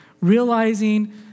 Realizing